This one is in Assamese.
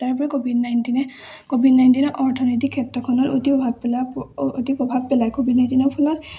তাৰ উপৰি ক'ভিড নাইণ্টিনে ক'ভিড নাইণ্টিনৰ অৰ্থনীতিৰ ক্ষেত্ৰখনত অতি প্ৰভাৱ পেলাই অতি প্ৰভাৱ পেলাই ক'ভিড নাইণ্টিনৰ ফলত